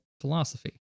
philosophy